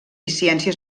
ciències